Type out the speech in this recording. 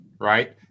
right